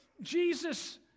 Jesus